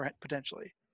Potentially